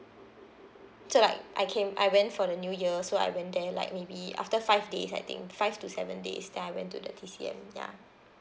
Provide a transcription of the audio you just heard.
so like I came I went for the new year so I went there like maybe after five days I think five to seven days then I went to the T_C_M ya